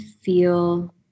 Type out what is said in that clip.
feel